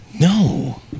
No